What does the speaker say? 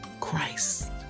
Christ